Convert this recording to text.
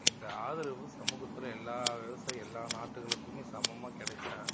இந்த ஆதரவு சமூகத்தில் எல்லா விவசாயி எல்லா நாட்டுகளுக்குமே சமமாக கிடைச்சா